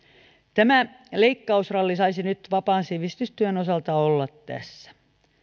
tämä leikkausralli saisi nyt vapaan sivistystyön osalta olla tässä